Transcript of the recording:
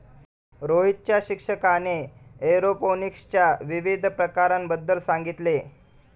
रोहितच्या शिक्षकाने एरोपोनिक्सच्या विविध प्रकारांबद्दल सांगितले